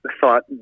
thought